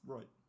Right